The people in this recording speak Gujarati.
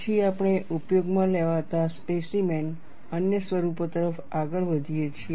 પછી આપણે ઉપયોગમાં લેવાતા સ્પેસીમેન અન્ય સ્વરૂપો તરફ આગળ વધીએ છીએ